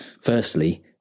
firstly